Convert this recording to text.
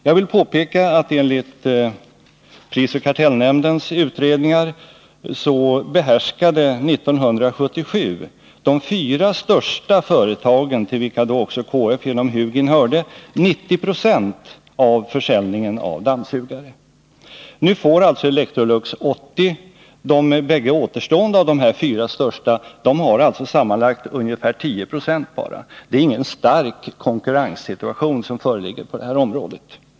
Jag vill påpeka att enligt prisoch kartellnämndens utredningar behärskade år 1977 de fyra största företagen, till vilka då också KF hörde genom Hugin, 90 26 av försäljningen av dammsugare. Nu får alltså Electrolux 80 90. De bägge återstående av de fyra största företagen har alltså sammanlagt bara ungefär 10 26. Det är ingen stark konkurrenssituation som föreligger på det här området.